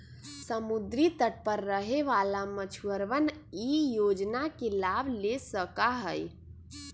समुद्री तट पर रहे वाला मछुअरवन ई योजना के लाभ ले सका हई